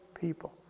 people